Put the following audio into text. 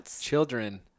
children